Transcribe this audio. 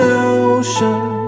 ocean